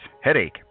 headache